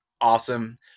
awesome